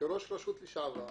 כראש רשות לשעבר,